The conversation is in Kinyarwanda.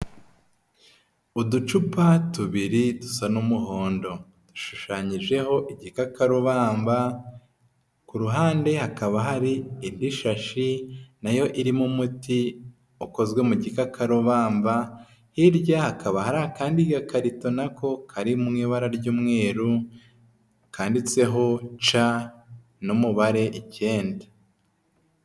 Uducupa tubiri dusa n'umuhondo, dushushanyijeho igikakarubamba, ku ruhande hakaba hari indi shashi nayo irimo umuti ukozwe mu gikakarubamba, hirya hakaba hari akandi gakarito nako karimo ibara ry'umweru kanditseho C n'umubare icyenda.